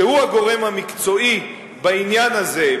שהוא הגורם המקצועי בעניין הזה,